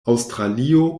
aŭstralio